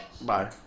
bye